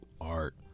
art